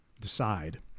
decide